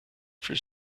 for